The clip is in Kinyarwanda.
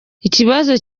ikibazo